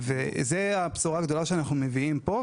זו הבשורה הגדולה שאנחנו מביאים פה,